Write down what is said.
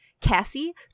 Cassie